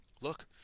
look